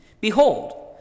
Behold